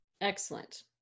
Excellent